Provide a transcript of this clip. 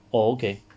orh okay